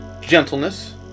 gentleness